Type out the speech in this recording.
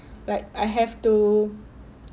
like I have to